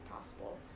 possible